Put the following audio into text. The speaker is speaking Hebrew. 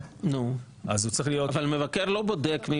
שואלים אותך על הפיקוח, איפה אתה מפקח פה?